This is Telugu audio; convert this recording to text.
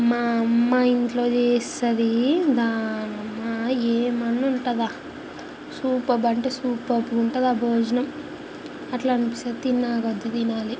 మా అమ్మ ఇంట్లో చేస్తుంది దానమ్మ ఏమన్నుంటదా సూపర్బ్ అంటే సూపర్బ్ ఉంటుంది భోజనం అట్లా అనిపిస్తుంది తినాకొద్ధి తినాలి